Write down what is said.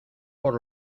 por